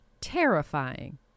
terrifying